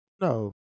No